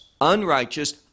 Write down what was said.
unrighteous